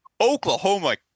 Oklahoma